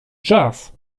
czas